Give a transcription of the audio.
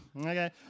Okay